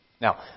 Now